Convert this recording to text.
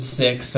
six